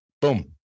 boom